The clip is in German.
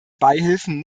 beihilfen